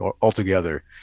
altogether